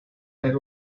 tener